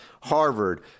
Harvard